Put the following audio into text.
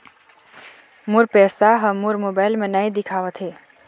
मोर पैसा ह मोर मोबाइल में नाई दिखावथे